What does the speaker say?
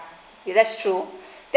yeah that's true that's